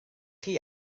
chi